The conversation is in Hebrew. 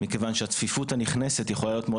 מכיוון שהצפיפות הנכנסת יכולה להיות מאוד